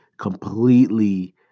completely